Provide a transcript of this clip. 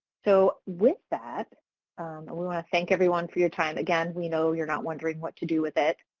so with that, and we want to thank everyone for your time. again, we know you're not wondering what to do with it.